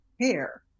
Hair